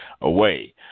away